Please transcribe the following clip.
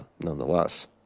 nonetheless